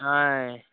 ఆయ్